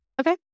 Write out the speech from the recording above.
okay